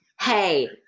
Hey